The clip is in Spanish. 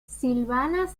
silvana